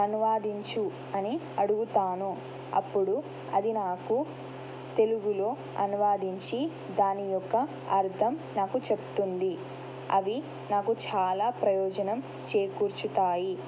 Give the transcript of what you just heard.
అనువదించు అని అడుగుతాను అప్పుడు అది నాకు తెలుగులో అనువాదించి దాని యొక్క అర్థం నాకు చెప్తుంది అవి నాకు చాలా ప్రయోజనం చేకూర్చుతాయి